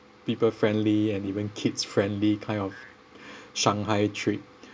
people friendly and even kids friendly kind of shanghai trip